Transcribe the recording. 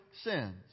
sins